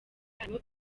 harimo